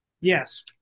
yes